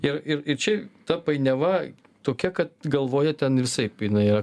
ir ir čia ta painiava tokia kad galvojo ten visaip jinai yra